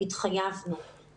התחייבנו